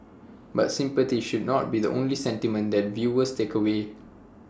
but sympathy should not be the only sentiment that viewers take away